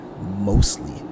mostly